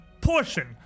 portion